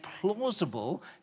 plausible